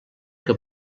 que